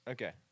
Okay